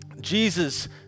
Jesus